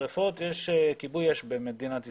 שריפות יש כיבוי אש במדינת ישראל.